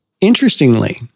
interestingly